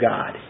God